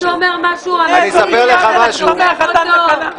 ומה עם ביקורי חולים?